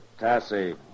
Tassie